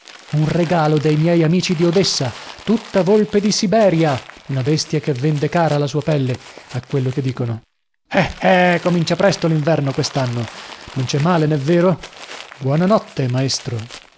un regalo dei miei ammiratori di odessa tutta volpe di siberia una bestia che vende cara la sua pelle questa qui vale cinquecento lire eh eh comincia presto linverno questanno non cè male nè vero buona notte maestro